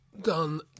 done